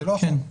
כן.